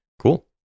cool